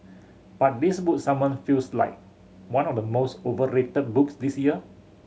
but this book someone feels like one of the most overrated books this year